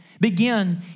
begin